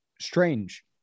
strange